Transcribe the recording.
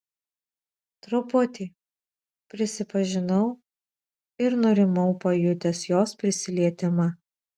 truputį prisipažinau ir nurimau pajutęs jos prisilietimą